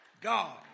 God